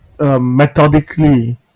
Methodically